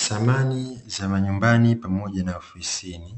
Samani za majumbani pamoja na ofisini